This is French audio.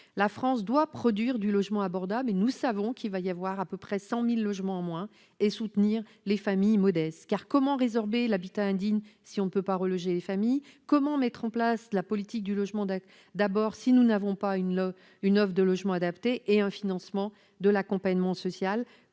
La France doit produire du logement abordable- or, nous le savons, il y aura environ 100 000 logements en moins -et soutenir les familles modestes. Comment résorber l'habitat indigne si l'on ne peut pas reloger les familles ? Comment mettre en place la politique dite du « logement d'abord » sans offre de logements adaptée et sans financement de l'accompagnement social ?